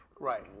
Right